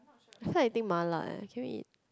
I feel like eating mala leh can we eat